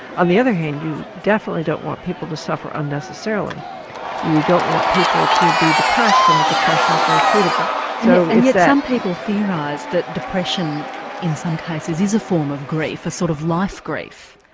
on the other hand you definitely don't want people to suffer unnecessarily you don't want people to be depressed when the depression is very treatable. and so yet some people theorise that depression in some cases is a form of grief, a sort of life grief.